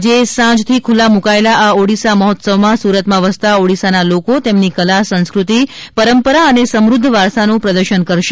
આજે સાંજથી ખુલ્લા મુકાયેલા આ ઓડિસા મહોત્સવમાં સુરતમાં વસતા ઓડિસાના લોકો તેમની કલા સંસ્કૃતિ પરંપરા અને સમૃધ્ધ વારસાનુ પ્રદર્શન કરશે